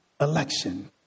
election